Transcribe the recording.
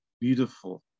beautiful